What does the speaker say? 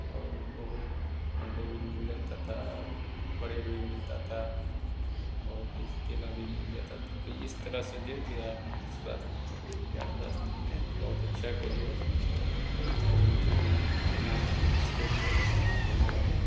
और बहुत अंडे भी मिल जाता था बड़े भी मिलता था बहुत ही केला भी मिल जाता था तो इस तरह सभी बिहार में स्वास्थ्य बिहार स्वास्थ्य में बहुत अच्छा के लिए मुखमंत्री जी ने बनाया इसके लिए धन्यवाद